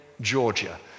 Georgia